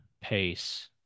pace